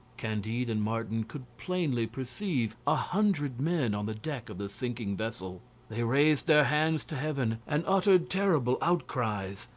candide and martin could plainly perceive a hundred men on the deck of the sinking vessel they raised their hands to heaven and uttered terrible outcries,